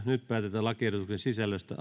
nyt päätetään lakiehdotusten sisällöstä